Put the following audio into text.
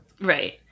Right